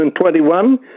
2021